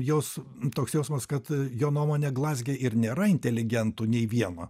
jaus toks jausmas kad jo nuomone glazge ir nėra inteligentų nei vieno